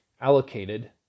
allocated